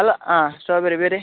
ಅಲ್ಲ ಹಾಂ ಸ್ಟ್ರಾಬೆರಿ ಬೇರೆ